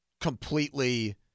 completely